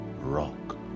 rock